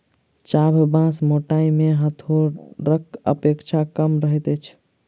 चाभ बाँस मोटाइ मे हरोथक अपेक्षा कम रहैत अछि